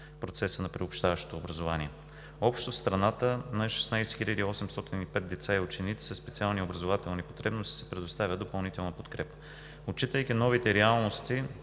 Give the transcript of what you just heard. процеса на приобщаващото образование. Общо в страната на над 16 805 деца и ученици със специални образователни потребности се предоставя допълнителна подкрепа. Отчитайки новите реалности